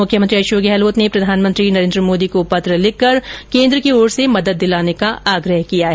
मुख्यमंत्री अशोक गहलोत ने प्रधानमंत्री नरेन्द्र मोदी को पत्र लिखकर केन्द्र की ओर से मदद दिलाने का आग्रह किया है